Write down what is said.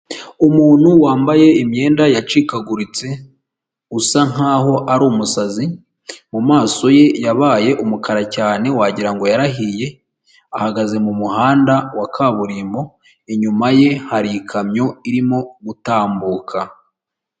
Umuntu wambaye imyenda yacikaguritse usa nkaho ari umusazi, mu maso ye yabaye umukara cyane wagira ngo yarahiye, ahagaze mu muhanda wa kaburimbo inyuma ye hari ikamyo irimo gutambuka.